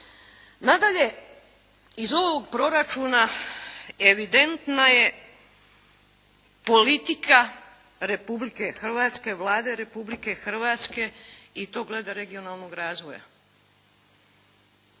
Nadalje, iz ovog proračuna evidentna je politika Republike Hrvatske, Vlade Republike Hrvatske i to glede regionalnog razvoja.